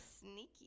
sneaky